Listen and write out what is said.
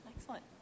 excellent